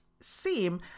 seem